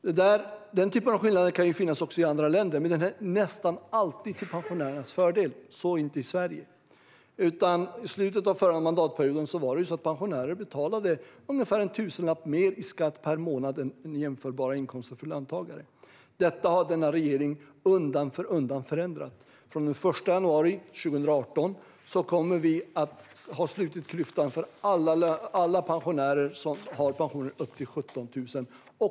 Denna typ av skillnad kan finnas också i andra länder, men då är den nästan alltid till pensionärernas fördel, så inte i Sverige. I slutet av förra mandatperioden betalade pensionärer ungefär en tusenlapp mer i skatt per månad än löntagare med jämförbara inkomster. Detta har denna regering undan för undan förändrat. Den 1 januari 2018 slöt vi klyftan för alla pensionärer som har pensioner upp till 17 000 kronor.